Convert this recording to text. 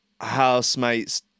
housemate's